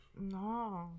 No